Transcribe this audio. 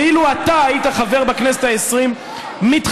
ואילו אתה היית חבר בכנסת העשרים מתחילתה,